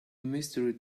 mystery